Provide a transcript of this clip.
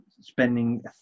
spending